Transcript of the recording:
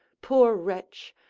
poor wretch!